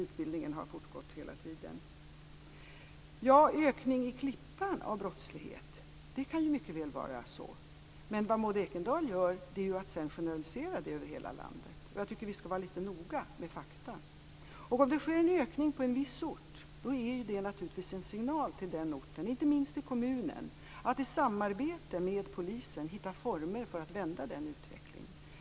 Utbildningen har fortgått hela tiden. Det kan mycket väl vara att brottsligheten har ökat i Klippan. Men Maud Ekendahl generaliserar detta över hela landet. Vi skall vara lite noga med fakta. Om det sker en ökning på en viss ort, är det naturligtvis en signal till den orten, inte minst i kommunen, att i samarbete med polisen hitta former för att vända den utvecklingen.